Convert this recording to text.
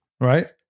right